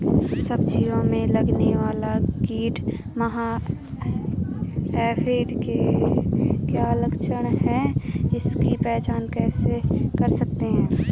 सब्जियों में लगने वाला कीट माह एफिड के क्या लक्षण हैं इसकी पहचान कैसे कर सकते हैं?